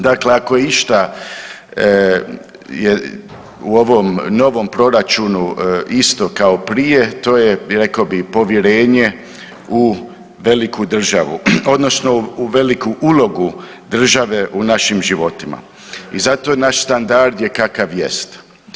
Dakle, ako je išta je u ovom novom proračunu isto kao prije to je rekao bi povjerenje u veliku državu odnosno u veliku ulogu države u našim životima i zašto naš standard je kakav jest.